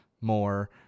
more